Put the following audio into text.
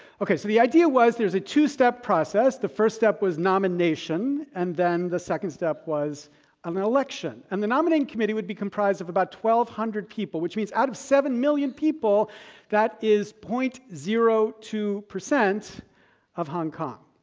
ok, so the idea was, there's a two step process. the first step was nomination, and then the second step was um an election. and the nominating committee would be comprised of about one hundred people which means out of seven million people that is point zero two percent of hong kong.